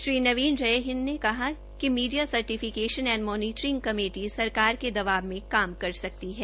श्री नवीन जयहिंद ने कहा है कि media certification and monitoring committee सरकार के दवाब में काम कर सकती है